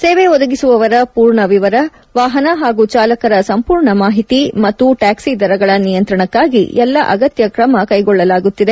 ಸೇವೆ ಒದಗಿಸುವವರ ಪೂರ್ಣ ವಿವರ ವಾಹನ ಹಾಗೂ ಚಾಲಕರ ಸಂಪೂರ್ಣ ಮಾಹಿತಿ ಮತ್ತು ಟ್ಯಾಪ್ಟಿ ದರಗಳ ನಿಯಂತ್ರಣಕಾಗಿ ಎಲ್ಲಾ ಅಗತ್ಯ ಸಿದ್ದತೆ ಕೈಗೊಳ್ಳುತ್ತಿದೆ